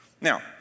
Now